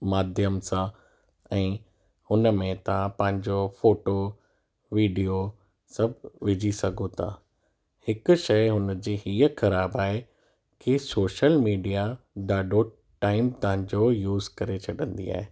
माध्यम सां ऐं हुन में तव्हां पंहिंजो फोटो वीडियो सभु विझी सघो था हिकु शइ हुन जी हीअ ख़राबु आहे की सोशल मीडिया ॾाढो टाइम तव्हांजो यूस करे छॾंदी आहे